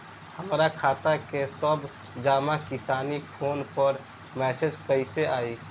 हमार खाता के सब जमा निकासी फोन पर मैसेज कैसे आई?